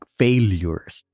failures